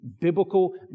biblical